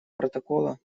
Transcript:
протокола